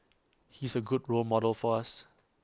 he's A good role model for us